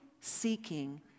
seeking